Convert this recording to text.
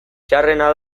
txarrena